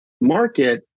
market